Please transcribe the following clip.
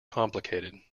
complicated